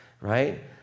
right